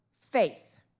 faith